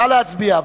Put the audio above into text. נא להצביע.